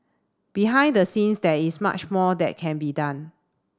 behind the scenes there is much more that can be done